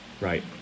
Right